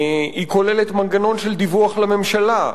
היא כוללת מנגנון של דיווח לממשלה,